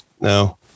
no